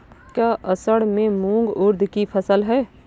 क्या असड़ में मूंग उर्द कि फसल है?